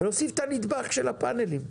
ועושים את הנדבך של הפאנלים.